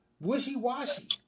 wishy-washy